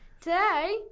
today